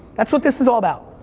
that's what this is all about.